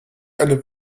eine